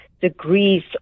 degrees